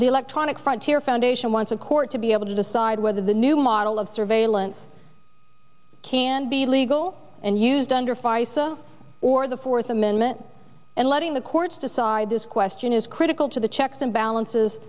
the electronic frontier foundation once a court to be able to decide whether the new model of surveillance can be legal and used under fire or the fourth amendment and letting the courts decide this question is critical to the checks and balances